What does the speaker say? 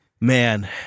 Man